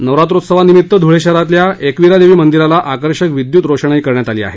नवरात्रोत्सवानिमित्त धुळे शहरातल्या एकवीरादेवी मंदिराला आकर्षक विद्युत रोषणाई करण्यात आली आहे